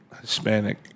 Hispanic